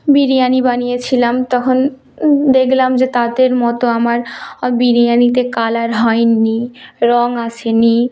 বিরিয়ানি বানিয়েছিলাম তখন দেখলাম যে তাদের মতো আমার বিরিয়ানিতে কালার হয়নি রং আসেনি